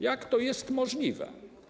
Jak to jest możliwe?